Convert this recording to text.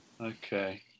Okay